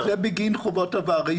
זה בגין חובות עבר.